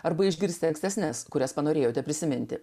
arba išgirsti ankstesnes kurias panorėjote prisiminti